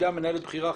מנהלת בכירה,